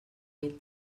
mil